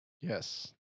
Yes